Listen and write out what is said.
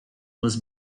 was